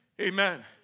Amen